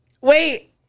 Wait